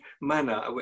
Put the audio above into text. manner